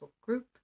group